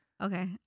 Okay